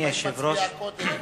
גם אני רוצה לשאול שאלה.